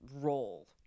role